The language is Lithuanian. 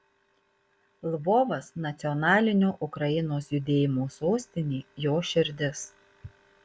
lvovas nacionalinio ukrainos judėjimo sostinė jo širdis